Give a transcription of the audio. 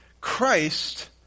Christ